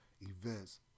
events